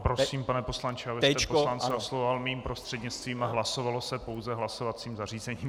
Prosím, pane poslanče, abyste poslance oslovoval mým prostřednictvím a hlasovalo se pouze hlasovacím zařízením.